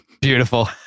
beautiful